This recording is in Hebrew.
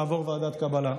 לעבור ועדת קבלה.